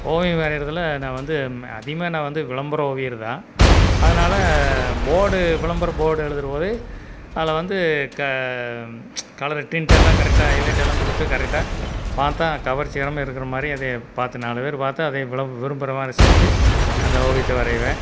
ஓவியம் வரைகிறதுல நான் வந்து அதிகமாக நான் வந்து விளம்பர ஓவியர் தான் அதனால் போர்டு விளம்பர போர்டு எழுதுகிற போது அதில் வந்து க கலரு டின்ட் எல்லாம் கரெக்டாக ஹைலைட் எல்லாம் கொடுத்து கரெக்டாக பார்த்தால் கவர்ச்சிகரமாக இருக்கிற மாதிரி அதையே பார்த்து நாலு பேர் பார்த்தா அதை இவ்வளோ விரும்புகிற மாதிரி செஞ்சு அந்த ஓவியத்தை வரைவேன்